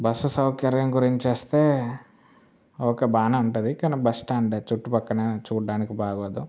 bus సౌకర్యం గురించి వస్తే ఓకే బాగానే ఉంటుంది కానీ బస్ స్టాండ్ ఏ చుట్టుపక్కన చూడడానికి బాగోదు